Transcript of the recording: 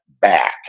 back